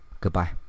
Goodbye